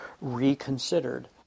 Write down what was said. reconsidered